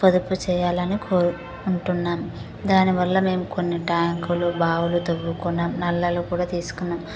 పొదుపు చేయాలనుకుంటున్నాం దాని వల్ల మేము కొన్ని ట్యాంకులు బావులు తవ్వుకున్నాం నల్లలు కూడా తీసుకున్నాం